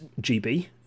GB